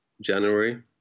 January